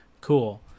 Cool